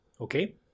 okay